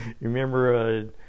remember